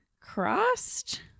crossed